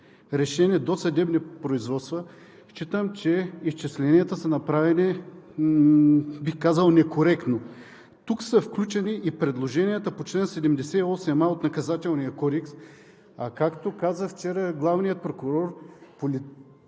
решени досъдебни производства, считам, че изчисленията са направени, бих казал, некоректно. Тук са включени и предложенията по чл. 78а от Наказателния кодекс, а както каза вчера главният прокурор,